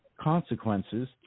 consequences